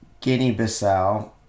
Guinea-Bissau